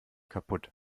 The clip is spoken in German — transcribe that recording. kaputt